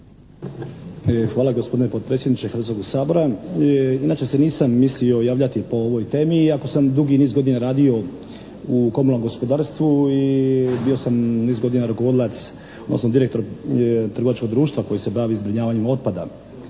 Hvala gospodine potpredsjedniče Hrvatskog sabora. Inače se nisam mislio javljati po ovoj temi iako sam dugi niz godina radio u komunalnom gospodarstvu i bio sam niz godina rukovodilac odnosno direktor trgovačkog društva koji se bavi zbrinjavanjem otpada,